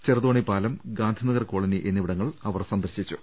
ചെറുതോണി പാലം ഗാന്ധിനഗർ കോളനി എന്നിവിടങ്ങൾ അവർ സന്ദർശിച്ചു